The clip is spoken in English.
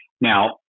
now